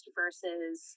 versus